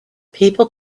people